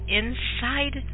inside